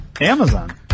Amazon